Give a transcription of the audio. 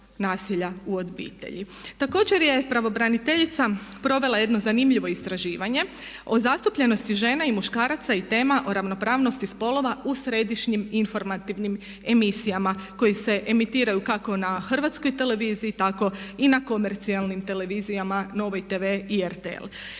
Također je pravobraniteljica provela jedno zanimljivo istraživanje o zastupljenosti žena i muškaraca i tema o ravnopravnosti spolova u središnjim informativnim emisijama koje se emitiraju kako na HRT-u tako i na komercijalnim televizijama Novoj tv i RTL.